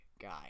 guy